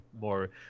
more